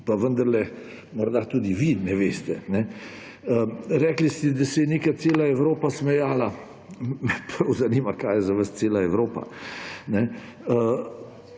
pa vendarle morda tudi vi ne veste. Rekli ste, da se je neka cela Evropa smejala. Me prav zanima, kaj je za vas cela Evropa.